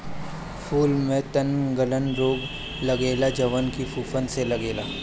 फूल में तनगलन रोग लगेला जवन की फफूंद से लागेला